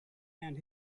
and